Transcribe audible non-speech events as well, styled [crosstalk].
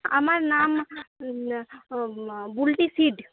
আমার নাম [unintelligible] বুলটি সিড